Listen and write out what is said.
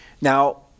Now